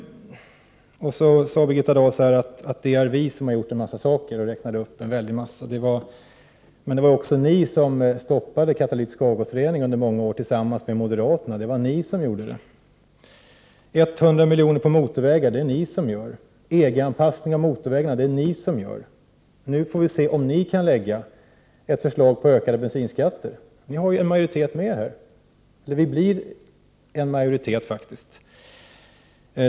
Birgitta Dahl sade att ”det är vi som har gjort det”, varefter hon räknade upp en mängd olika saker. Men det var också ni som tillsammans med moderaterna stoppade den katalytiska avgasreningen under många år. 100 miljoner på motorvägar är det ni som satsar. EG-anpassning av motorvägarna är det ni som gör. Nu får vi se om ni kan lägga fram ett förslag om ökade bensinskatter. Tillsammans blir vi 121 faktiskt en majoritet.